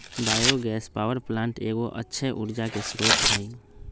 bio gas power plant एगो अक्षय ऊर्जा के स्रोत हइ